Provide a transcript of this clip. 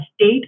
state